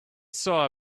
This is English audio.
saw